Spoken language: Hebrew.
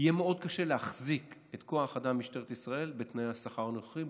קשה להחזיק את כוח האדם במשטרת ישראל בתנאי השכר הנוכחיים